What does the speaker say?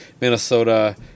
Minnesota